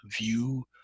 view